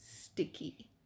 Sticky